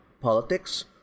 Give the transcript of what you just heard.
politics